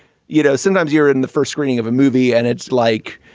you know, sometimes you're in the first screening of a movie and it's like,